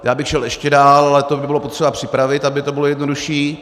Já bych šel ještě dál, ale to by bylo potřeba připravit, aby to bylo jednodušší.